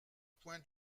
point